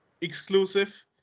exclusive